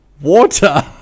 water